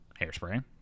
Hairspray